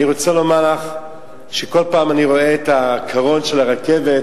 אני רוצה לומר לךְ שכל פעם אני רואה את הקרון של הרכבת,